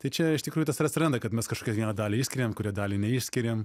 tai čia iš tikrųjų tas ir atsiranda kad mes kažkokią vieną dalį išskiriam kurią dalį neišskiriam